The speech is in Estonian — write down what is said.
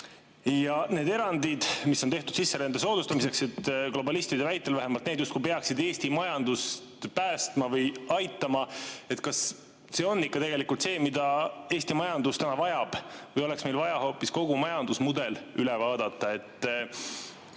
Need erandid, mis on tehtud sisserände soodustamiseks, vähemalt globalistide väitel, justkui peaksid Eesti majandust päästma või aitama. Kas see on ikka tegelikult see, mida Eesti majandus vajab, või oleks meil vaja hoopis kogu majandusmudel üle vaadata,